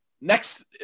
next